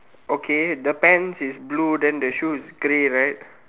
okay the pants is blue then the shoe is grey right